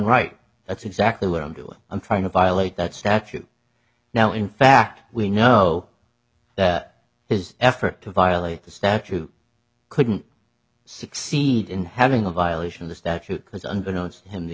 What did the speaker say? right that's exactly what i'm doing i'm trying to violate that statute now in fact we know his effort to violate the statute couldn't succeed in having a violation of the statute because under no it's him the